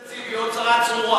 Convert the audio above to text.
חבר הכנסת טיבי, או צרה צרורה.